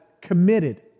committed